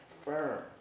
firm